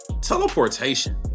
teleportation